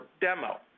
demo